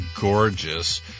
gorgeous